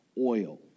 oil